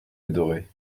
adorait